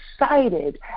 excited